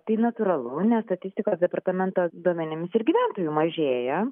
tai natūralu nes statistikos departamento duomenimis ir gyventojų mažėja